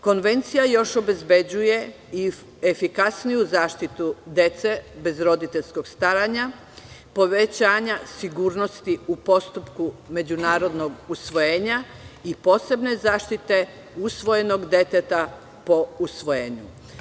Konvencija još obezbeđuje i efikasniju zaštitu dece bez roditeljskog staranja, povećanja sigurnosti u postupku međunarodnog usvojenja i posebne zaštite usvojenog deteta po usvojenju.